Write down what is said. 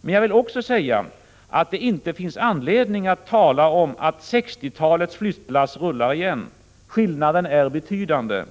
Men jag vill också säga att det inte finns anledning att tala om att 1960-talets flyttlass rullar igen. Skillnaden är betydande.